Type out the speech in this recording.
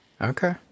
Okay